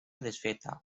desfeta